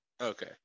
Okay